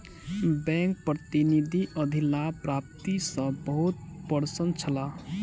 bank प्रतिनिधि अधिलाभ प्राप्ति सॅ बहुत प्रसन्न छला